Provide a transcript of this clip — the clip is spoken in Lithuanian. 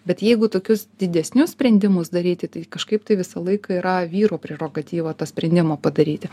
bet jeigu tokius didesnius sprendimus daryti tai kažkaip tai visą laiką yra vyrų prerogatyva tą sprendimą padaryti